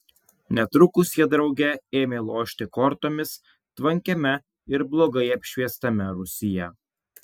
netrukus jie drauge ėmė lošti kortomis tvankiame ir blogai apšviestame rūsyje